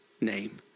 name